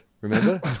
Remember